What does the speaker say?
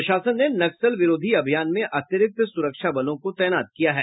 प्रशासन ने नक्सल विरोधी अभियान में अतिरिक्त सुरक्षा बलों को तैनात किया है